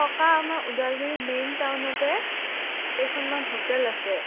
থকা আমাৰ ওদালগুৰি মেইন টাউনতে কেইখনমান হোটেল আছে